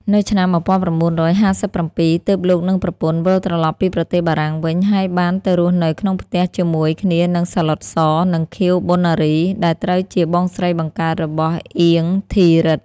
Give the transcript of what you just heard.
នៅឆ្នាំ១៩៥៧ ទើប លោកនិងប្រពន្ធ វិលត្រឡប់ពីប្រទេសបារាំងវិញ ហើយបានទៅរស់នៅក្នុងផ្ទះជាមួយគ្នានឹង សាឡុត ស និងខៀវ ប៉ុណ្ណារី ដែលត្រូវជាបងស្រីបង្កើតរបស់ អៀង ធីរិទ្ធិ។